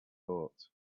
bought